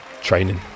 training